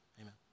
amen